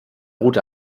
route